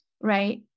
right